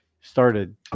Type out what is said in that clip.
started